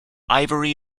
ivory